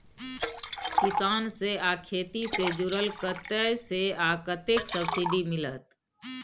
किसान से आ खेती से जुरल कतय से आ कतेक सबसिडी मिलत?